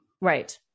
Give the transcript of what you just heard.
Right